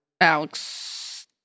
Alex